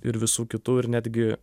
ir visų kitų ir netgi